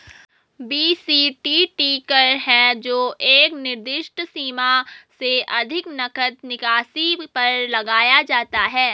BCTT कर है जो एक निर्दिष्ट सीमा से अधिक नकद निकासी पर लगाया जाता है